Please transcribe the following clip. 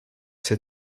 ses